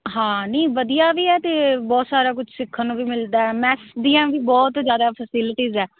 ਹਾਂ ਨਹੀਂ ਵਧੀਆ ਵੀ ਹੈ ਅਤੇ ਬਹੁਤ ਸਾਰਾ ਕੁਛ ਸਿੱਖਣ ਨੂੰ ਵੀ ਮਿਲਦਾ ਮੈਂਕਸ ਦੀਆਂ ਵੀ ਬਹੁਤ ਜ਼ਿਆਦਾ ਫਸਿਲਟੀਜ਼ ਹੈ